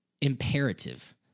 imperative